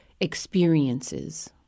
experiences